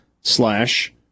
slash